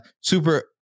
super